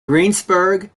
greensburg